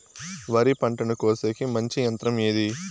వరి పంటను కోసేకి మంచి యంత్రం ఏది?